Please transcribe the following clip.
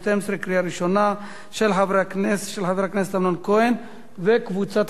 של חבר הכנסת אמנון כהן וקבוצת חברי כנסת,